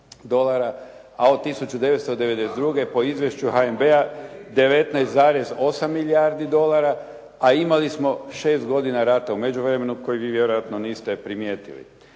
a od 1992. po izvješću HNB-a 19,8 milijardi dolara, a imali smo šest godina rata u međuvremenu koji vi vjerojatno niste primijetili.